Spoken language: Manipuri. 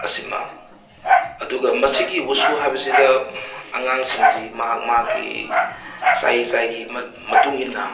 ꯑꯁꯤꯃ ꯑꯗꯨꯒ ꯃꯁꯤꯒꯤ ꯋꯨꯁꯨ ꯍꯥꯏꯕꯁꯤꯗ ꯑꯉꯥꯡꯁꯤꯡꯁꯤ ꯃꯍꯥꯛ ꯃꯍꯥꯛꯀꯤ ꯆꯍꯤ ꯆꯍꯤꯒꯤ ꯃꯇꯨꯡ ꯏꯟꯅ